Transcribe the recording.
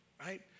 right